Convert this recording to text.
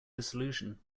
dissolution